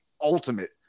ultimate